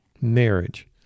Marriage